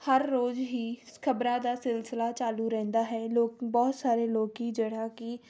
ਹਰ ਰੋਜ਼ ਹੀ ਖ਼ਬਰਾਂ ਦਾ ਸਿਲਸਿਲਾ ਚਾਲੂ ਰਹਿੰਦਾ ਹੈ ਲੋਕ ਬਹੁਤ ਸਾਰੇ ਲੋਕ ਜਿਹੜਾ ਕਿ